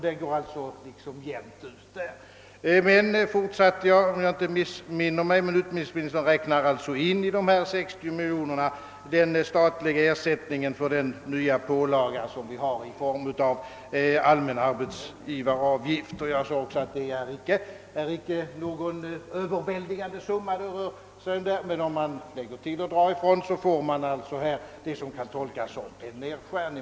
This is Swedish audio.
Det går alltså jämnt ut på det sättet. Men, fortsatte jag — om jag inte missminner mig — utbildningsministern räknar alltså i dessa 60 miljoner in den statliga ersättningen för den nya pålaga vi har i form av allmän arbetsgivaravgift. Jag sade också att det inte är någon överväldigande summa som det rör sig om. Men om man lägger till och drar ifrån får man vad som kan tolkas som en nedskärning.